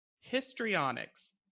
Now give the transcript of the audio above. histrionics